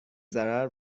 ضرر